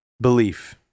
belief